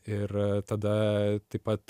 ir tada taip pat